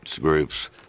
groups